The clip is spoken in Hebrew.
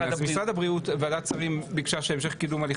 אז במשרד הבריאות ועדת השרים ביקשה שהמשך קידום הליכי